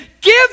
give